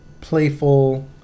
playful